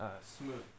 smooth